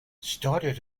started